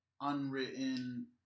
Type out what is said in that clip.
unwritten